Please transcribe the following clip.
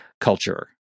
culture